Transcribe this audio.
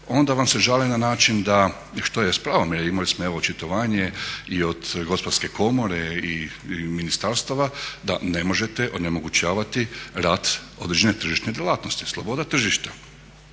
onda vam se žali način da, što je s pravom, jer imali smo evo očitovanje i od Gospodarske komore i ministarstava da ne možete onemogućavati rad određene tržišne djelatnosti, sloboda tržišta.